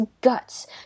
guts